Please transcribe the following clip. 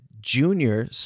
Junior